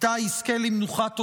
איתי יזכה למנוחת עולמים,